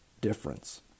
difference